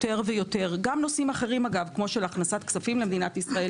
גם נושאים אחרים כמו הכנסת כספים למדינת ישראל.